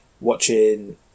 watching